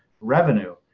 revenue